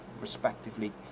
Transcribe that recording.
respectively